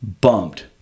bumped